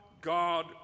God